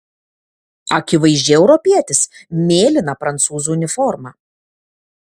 akivaizdžiai europietis mėlyna prancūzų uniforma